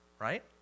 right